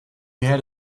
had